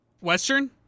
Western